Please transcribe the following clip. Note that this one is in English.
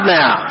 now